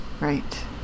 Right